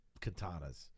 katanas